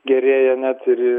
gerėja net ir